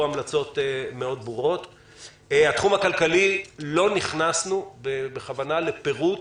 לא נכנסנו לפירוט